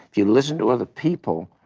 if you listen to other people,